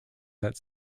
that